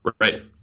Right